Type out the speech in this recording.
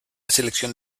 selección